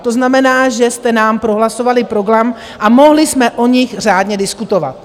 To znamená, že jste nám prohlasovali program a mohli jsme o nich řádně diskutovat.